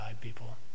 people